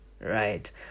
right